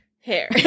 Hair